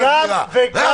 וגם